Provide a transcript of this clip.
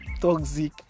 toxic